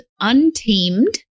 Untamed